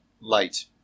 light